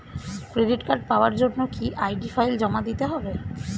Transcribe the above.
Credit card পাওয়ার জন্য কি আই.ডি ফাইল জমা দিতে হবে?